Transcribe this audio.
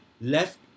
left